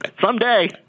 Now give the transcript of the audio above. Someday